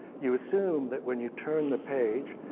you assume that when you turn the page,